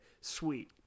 Sweet